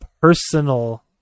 personal